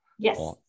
Yes